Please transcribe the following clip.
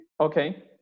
Okay